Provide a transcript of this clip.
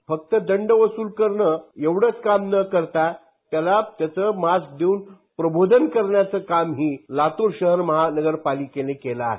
फक्त दंड वसूल करणं एवढंच काम न करता त्याचं मास्क देऊन प्रबोधन करण्याचं कामही लातूर शहर महानगरपालिकेनं केलं आहे